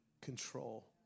control